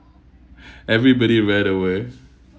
everybody